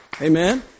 Amen